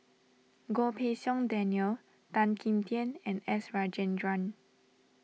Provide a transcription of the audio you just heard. Goh Pei Siong Daniel Tan Kim Tian and S Rajendran